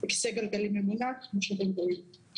על כיסא גלגלים ממונע, כפי שאתם רואים.